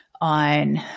on